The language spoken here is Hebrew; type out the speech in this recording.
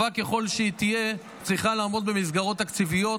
טובה ככל שתהיה, צריכה לעמוד במסגרות תקציביות,